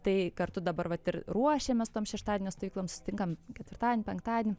tai kartu dabar vat ir ruošiamės tom šeštadienio stovyklom susitinkam ketvirtadienį penktadienį